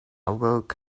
woke